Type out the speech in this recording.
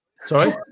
Sorry